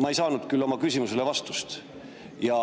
Ma ei saanud küll oma küsimusele vastust. Ja